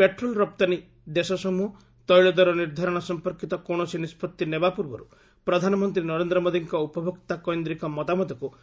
petrol ରପ୍ତାନୀ ଦେଶ ସମୃହ ତୈଳଦର ନିର୍ଦ୍ଧାରଣ ସମ୍ପର୍କିତ କୌଣସି ନିଷ୍ପଭି ନେବା ପୂର୍ବରୁ ପ୍ରଧାନମନ୍ତ୍ରୀ ନରେନ୍ଦ୍ର ମୋଦିଙ୍କ ଉପଭୋକ୍ତା କୈନ୍ଦ୍ରିକ ମତାମତକୁ ବିଚାରକୁ ନେବେ